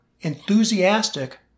enthusiastic